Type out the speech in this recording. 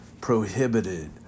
prohibited